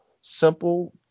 simple